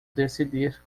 decidir